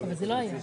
רוויזיה.